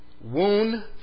wound